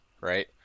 right